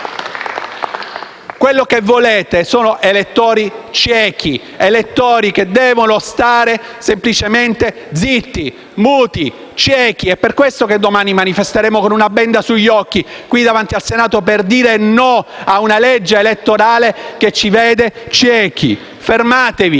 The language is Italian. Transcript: Voi volete elettori ciechi, che devono stare semplicemente zitti e muti. Per questo domani manifesteremo con una benda sugli occhi qui davanti al Senato, per dire no a una legge elettorale che ci vuole ciechi. Fermatevi